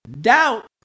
Doubt